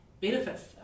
benefits